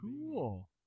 cool